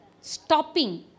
stopping